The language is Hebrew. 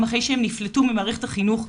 אחרי שהם נפלטו ממערכת החינוך,